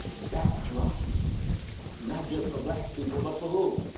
backdrop not just for black people but for who,